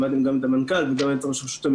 שמעתם גם את המנכ"ל וגם את מנהל את רשות המיסים.